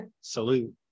Salute